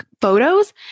photos